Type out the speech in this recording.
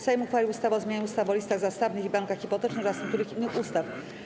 Sejm uchwalił ustawę o zmianie ustawy o listach zastawnych i bankach hipotecznych oraz niektórych innych ustaw.